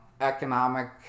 economic